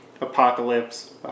Apocalypse